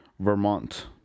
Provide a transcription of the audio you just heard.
Vermont